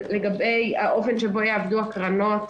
לגבי האופן שבו יעבדו הקרנות